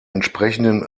entsprechenden